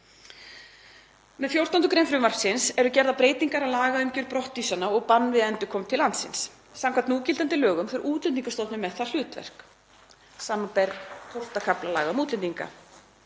Með 14. gr. frumvarpsins eru gerðar breytingar á lagaumgjörð brottvísana og bann við endurkomu til landsins. Samkvæmt núgildandi lögum fer Útlendingastofnun með það hlutverk, sbr. XII. kafla laga um útlendinga,